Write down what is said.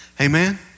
Amen